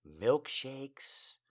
milkshakes